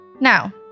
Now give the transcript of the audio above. Now